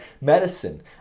medicine